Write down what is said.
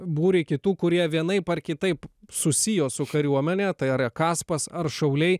būrį kitų kurie vienaip ar kitaip susijo su kariuomene tai ar kaspas ar šauliai